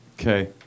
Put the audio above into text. Okay